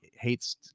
hates